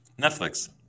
Netflix